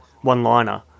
one-liner